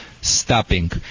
stopping